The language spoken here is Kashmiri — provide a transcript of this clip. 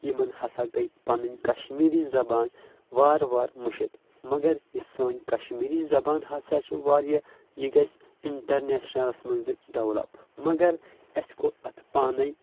یِمن ہسا گٔے پنٕنی کشمیٖری زبان وارٕ وارٕ مٕشِت مگر یہِ سٲنۍ کشمیٖری زبان ہسا چھِ واریاہ یہِ گژھِ انٹرنیشنلس منٛز ڈیولپ مگر اسہِ کوٚر اتھ پانے